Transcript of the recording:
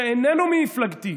שאיננו ממפלגתי,